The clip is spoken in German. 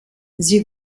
sie